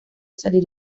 salir